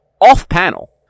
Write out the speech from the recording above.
Off-panel